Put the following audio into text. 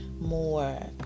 more